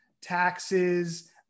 taxes